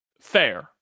Fair